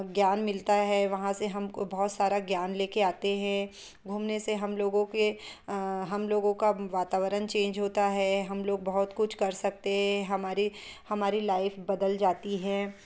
ज्ञान मिलता है वहाँ से हम को बहुत सारा ज्ञान ले कर आते हैं घूमने से हम लोगों के हम लोगों का वातावरण चेंज होता है हम लोग बहुत कुछ कर सकते हमारी हमारी लाइफ़ बदल जाती है